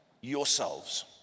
yourselves